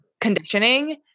conditioning